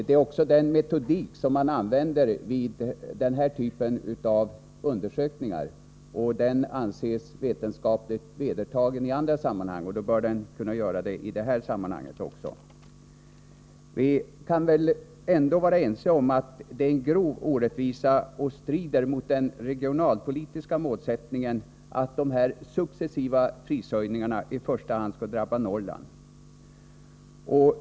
Det är också den metodik som man använder vid den här typen av undersökningar. Den anses i andra sammanhang vetenskapligt vedertagen, och då bör den kunna göra det även i det här sammanhanget. Vi kan väl ändå vara ense om att det är en grov orättvisa och strider mot den regionalpolitiska målsättningen att de successiva prishöjningarna i första hand skall drabba Norrland.